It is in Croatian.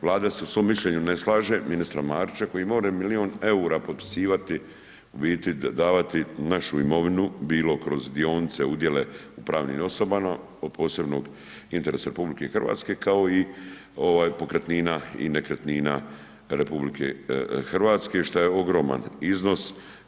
Vlada se u svom mišljenju ne slaže, ministar Marić … more milijun eura potpisivati, u biti, davati našu imovinu, bilo kroz dionice, udjele, pravnim osobama, od posebnog interesa RH, kao i pokretnina i nekretnina RH, što je ogroman iznos.